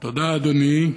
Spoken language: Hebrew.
תודה, אדוני.